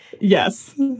Yes